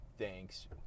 thanks